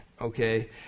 Okay